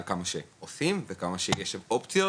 כמה שהם "עושים" וכמה שיש לנו אופציות.